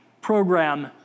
program